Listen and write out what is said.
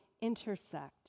intersect